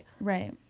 right